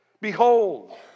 Behold